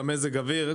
את מזג האוויר.